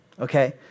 okay